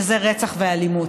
שזה רצח ואלימות.